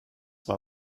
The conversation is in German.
war